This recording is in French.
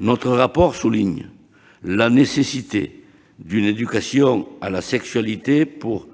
Notre rapport souligne la nécessité d'une éducation à la sexualité pour